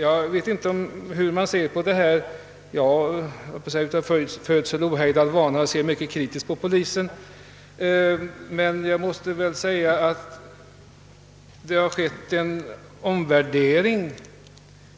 Jag ser, av födsel och ohejdad vana höll jag på att säga, mycket kritiskt på polisen, men jag måste ändå säga att det har skett en omvärdering